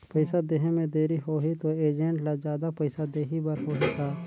पइसा देहे मे देरी होही तो एजेंट ला जादा पइसा देही बर होही का?